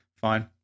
Fine